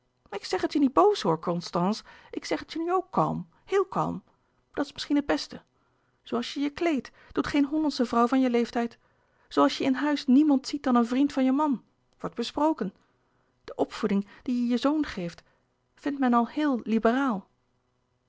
ik zeg het je niet boos hoor constance ik zeg het je nu ook kalm heel kalm dat is misschien het beste zooals je je kleedt doet geen hollandsche vrouw van je leeftijd zooals je in huis niemand ziet dan een vriend van je man wordt besproken de opvoeding die je je zoon geeft vindt men al heel liberaal